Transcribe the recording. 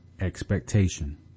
expectation